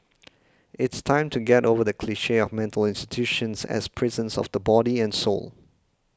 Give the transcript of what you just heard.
it's time to get over the cliche of mental institutions as prisons of the body and soul